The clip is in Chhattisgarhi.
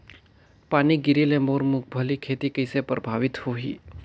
पानी गिरे ले मोर मुंगफली खेती कइसे प्रभावित होही?